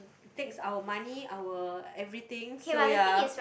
takes our money our everything so ya